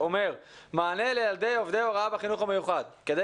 שאומר: "מענה לילדי עובדי הוראה בחינוך המיוחד: כדי